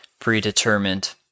predetermined